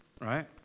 right